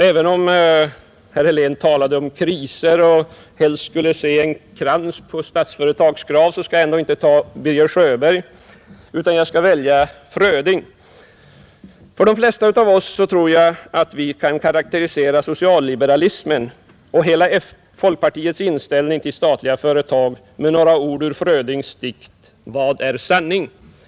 Även om herr Helén talade om kriser och helst skulle se en krans på Statsföretags grav, skall jag ändå inte ta Birger Sjöberg, utan jag skall välja Fröding. Jag tror att de flesta av oss kan karakterisera social-liberalismen och hela folkpartiets inställning till statliga företag med några ord ur Frödings dikt Vad är sanning.